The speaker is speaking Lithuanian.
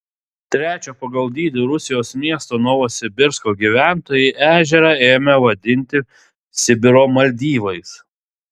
trečio pagal dydį rusijos miesto novosibirsko gyventojai ežerą ėmė vadinti sibiro maldyvais